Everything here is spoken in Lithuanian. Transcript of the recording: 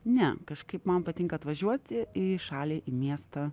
ne kažkaip man patinka atvažiuoti į šalį į miestą